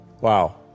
Wow